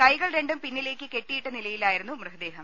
കൈകൾ രണ്ടും പിന്നിലേക്ക് കെട്ടിയിട്ട നില യിലായിരുന്നു മൃതദേഹം